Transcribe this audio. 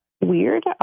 weird